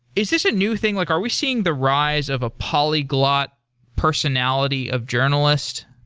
is this a new thing? like are we seeing the rise of a polyglot personality of journalists?